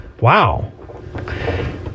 Wow